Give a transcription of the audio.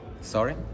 Sorry